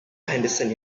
henderson